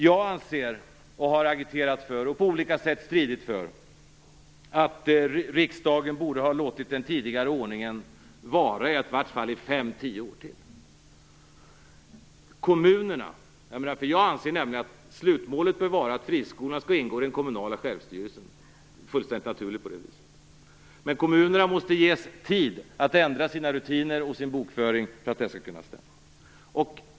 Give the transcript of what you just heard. Jag anser, har agiterat för och på olika sätt stridit för att riksdagen borde ha låtit den tidigare ordningen vara i åtminstone fem till tio år till. Jag anser nämligen att slutmålet bör vara att friskolorna skall ingå i den kommunala självstyrelsen. På det viset blir det fullständigt naturligt. Men kommunerna måste ges tid att ändra sina rutiner och sin bokföring för att detta skall kunna genomföras.